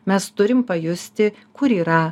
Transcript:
mes turim pajusti kur yra